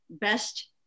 best